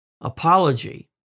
apology